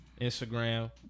Instagram